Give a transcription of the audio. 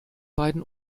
beiden